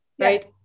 right